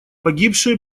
погибшие